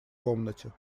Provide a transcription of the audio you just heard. комнате